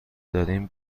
دارین